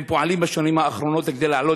הם פועלים בשנים האחרונות כדי להעלות